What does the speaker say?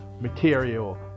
material